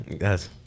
Yes